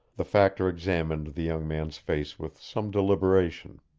the factor examined the young man's face with some deliberation.